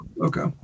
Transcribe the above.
Okay